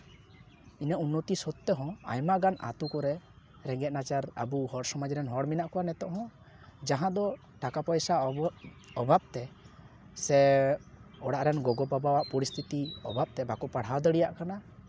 ᱤᱱᱟᱹᱜ ᱩᱱᱱᱚᱛᱤ ᱥᱚᱛᱛᱷᱮ ᱦᱚᱸ ᱟᱭᱢᱟ ᱜᱟᱱ ᱟᱛᱳ ᱠᱚᱨᱮ ᱨᱮᱸᱜᱮᱡ ᱱᱟᱪᱟᱨ ᱟᱵᱚ ᱦᱚᱲ ᱥᱚᱢᱟᱡᱽ ᱨᱮᱱ ᱦᱚᱲ ᱢᱮᱱᱟᱜ ᱠᱚᱣᱟ ᱱᱤᱛᱳᱜ ᱦᱚᱸ ᱡᱟᱦᱟᱸ ᱫᱚ ᱴᱟᱠᱟ ᱯᱚᱭᱥᱟ ᱚᱚᱵᱷᱟᱵ ᱛᱮ ᱥᱮ ᱚᱲᱟᱜ ᱨᱮᱱ ᱜᱚᱜᱚ ᱵᱟᱵᱟᱣᱟᱜ ᱯᱚᱨᱤᱥᱛᱷᱤ ᱚᱟᱵᱛᱮ ᱵᱟᱠᱚ ᱯᱟᱲᱦᱟᱣ ᱫᱟᱲᱮᱭᱟᱜ ᱠᱟᱱᱟ